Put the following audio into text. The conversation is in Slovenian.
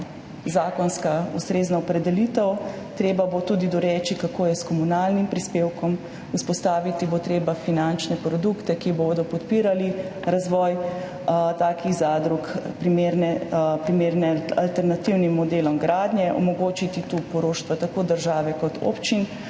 zakonsko ustrezna opredelitev. Treba bo tudi doreči, kako je s komunalnim prispevkom, vzpostaviti bo treba finančne produkte, ki bodo podpirali razvoj takih zadrug, primerne alternativnim modelom gradnje, omogočiti tu poroštva tako države kot občin,